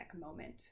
moment